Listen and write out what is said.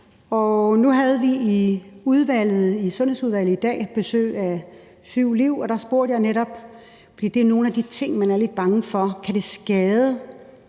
Nu havde vi i Sundhedsudvalget i dag besøg af 7Liv, og der spurgte jeg netop, for det er nogle af de ting, man er lidt bange for, altså om det